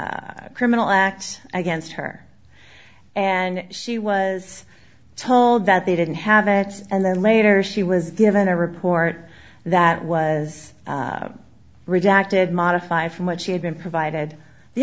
a criminal act against her and she was told that they didn't have that and then later she was given a report that was redacted modify from what she had been provided the